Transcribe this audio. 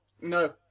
no